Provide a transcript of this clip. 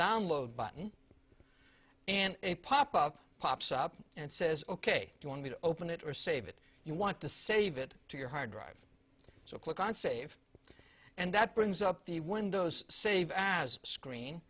download button and a pop up pops up and says ok do you want me to open it or save it you want to save it to your hard drive so click on save and that brings up the windows save as screen